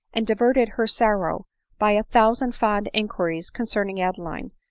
and diverted her sorrow by a thousand fond inquiries con cerning adeline,